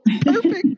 perfect